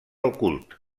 ocult